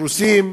רוסים,